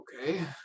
Okay